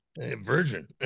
Virgin